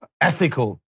ethical